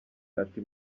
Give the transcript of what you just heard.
ati